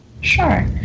Sure